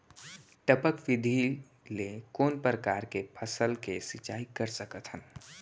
टपक विधि ले कोन परकार के फसल के सिंचाई कर सकत हन?